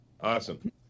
Awesome